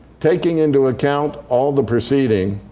taking into account all the preceding,